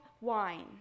wine